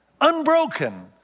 unbroken